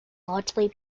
largely